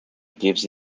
gives